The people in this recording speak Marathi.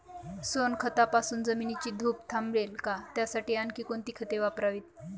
सोनखतापासून जमिनीची धूप थांबेल का? त्यासाठी आणखी कोणती खते वापरावीत?